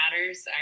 Matters